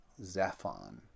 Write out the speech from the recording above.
Zaphon